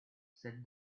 said